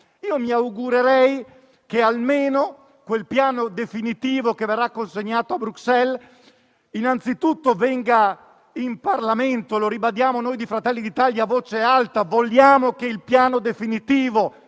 Mi augurerei che almeno il Piano definitivo che verrà consegnato a Bruxelles innanzitutto venga in Parlamento. Lo ribadiamo noi di Fratelli d'Italia a voce alta: vogliamo che il Piano definitivo